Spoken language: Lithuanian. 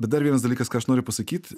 bet dar vienas dalykas ką aš noriu pasakyt